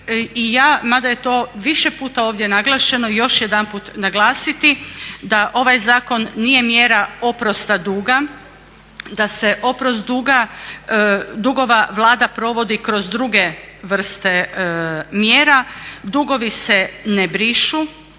i ja, mada je to više puta ovdje naglašeno, još jedanput naglasiti da ovaj zakon nije mjera oprosta duga, da oprost dugova Vlada provodi kroz druge vrste mjera. Dugovi se ne brišu,